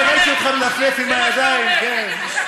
אני ראיתי אותך מנפנף עם הידיים, כן.